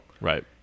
Right